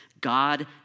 God